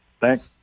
Thanks